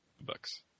books